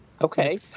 okay